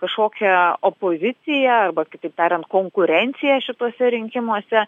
kažkokią opoziciją arba kitaip tariant konkurenciją šituose rinkimuose